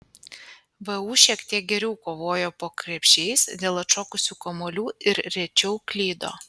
vu šiek tiek geriau kovojo po krepšiais dėl atšokusių kamuolių ir rečiau klydo